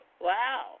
Wow